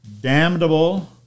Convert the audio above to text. damnable